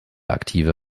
aktive